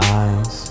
eyes